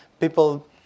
People